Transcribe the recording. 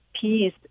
peace